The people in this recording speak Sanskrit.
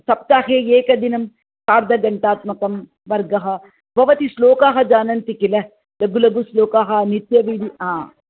सप्ताहे एकदिनं सार्धघण्टात्मकं वर्गः भवती श्लोकाः जानन्ति किल लघु लघु श्लोकाः नित्यविधिः हा